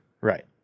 Right